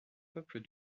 peuples